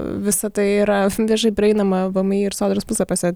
visa tai yra viešai prieinama vmi ir sodros puslapiuose